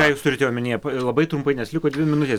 ką jūs turite omenyje ir labai trumpai nes liko dvi minutės